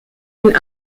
den